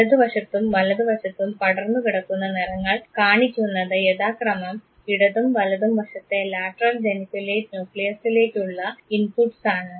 ഇടതുവശത്തും വലതുവശത്തും പടർന്നുകിടക്കുന്ന നിറങ്ങൾ കാണിക്കുന്നത് യഥാക്രമം ഇടതും വലതും വശത്തെ ലാറ്ററൽ ജെനിക്കുലേറ്റ് ന്യൂക്ലിയസിലേക്കുള്ള ഇൻപുട്ട്സാണ്